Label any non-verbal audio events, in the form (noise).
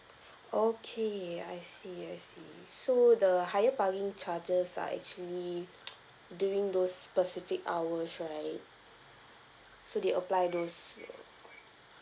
okay I see I see so the higher parking charges are actually (noise) during those specific hours right so they apply those